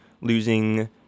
losing